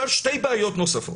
שתי בעיות נוספות.